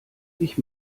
ich